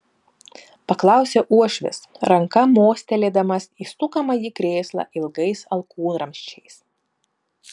paklausė uošvis ranka mostelėdamas į sukamąjį krėslą ilgais alkūnramsčiais